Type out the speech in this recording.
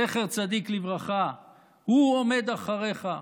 זכר צדיק לברכה, עומד מאחוריך?